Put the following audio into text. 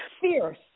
fierce